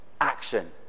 action